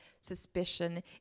suspicion